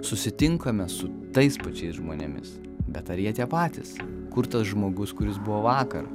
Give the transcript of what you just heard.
susitinkame su tais pačiais žmonėmis bet ar jie tie patys kur tas žmogus kuris buvo vakar